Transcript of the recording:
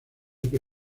que